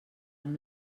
amb